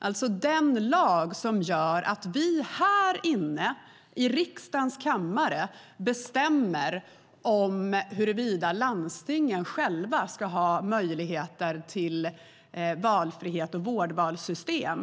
Det är den lag som gör att vi här inne, i riksdagens kammare, bestämmer om huruvida landstingen själva ska ha möjligheter till valfrihet och vårdvalssystem.